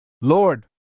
Lord